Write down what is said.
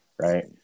right